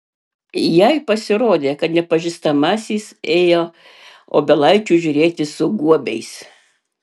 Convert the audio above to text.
jai pasirodė kad nepažįstamasis ėjo obelaičių žiūrėti su guobiais